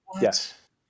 yes